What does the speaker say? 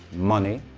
money,